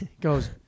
goes